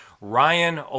Ryan